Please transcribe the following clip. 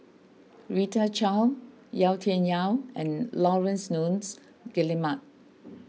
Rita Chao Yau Tian Yau and Laurence Nunns Guillemard